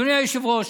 אדוני היושב-ראש,